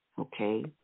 Okay